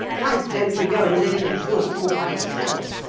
why don't you go and live in the woods all by yourself?